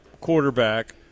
quarterback